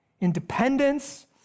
independence